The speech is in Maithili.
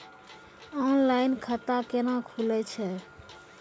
ऑनलाइन खाता केना खुलै छै?